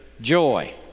Joy